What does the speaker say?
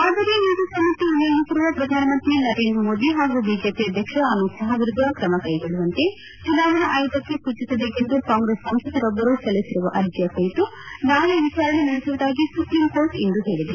ಮಾದರಿ ನೀತಿ ಸಂಹಿತೆ ಉಲ್ಲಂಘಿಸಿರುವ ಪ್ರಧಾನಮಂತ್ರಿ ನರೇಂದ್ರ ಮೋದಿ ಹಾಗೂ ಬಿಜೆಪಿ ಅಧ್ಯಕ್ಷ ಅಮಿತ್ ಷಾ ವಿರುದ್ದ ಕ್ರಮಕ್ಕೆಗೊಳ್ಳುವಂತೆ ಚುನಾವಣಾ ಆಯೋಗಕ್ಕೆ ಸೂಚಿಸಬೇಕೆಂದು ಕಾಂಗ್ರೆಸ್ ಸಂಸದರೊಬ್ಬರು ಸಲ್ಲಿಸಿರುವ ಅರ್ಜಿ ಕುರಿತು ನಾಳೆ ವಿಚಾರಣೆ ನಡೆಸುವುದಾಗಿ ಸುಪ್ರೀಂ ಕೋರ್ಟ್ ಇಂದು ಹೇಳಿದೆ